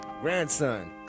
Grandson